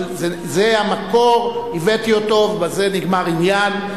אבל זה המקור, הבאתי אותו ובזה נגמר העניין.